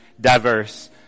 diverse